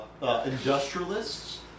Industrialists